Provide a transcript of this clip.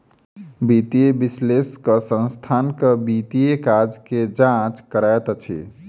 वित्तीय विश्लेषक संस्थानक वित्तीय काज के जांच करैत अछि